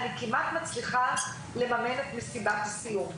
אני כמעט מצליחה לממן את מסיבת הסיום,